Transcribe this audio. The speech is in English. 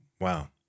Wow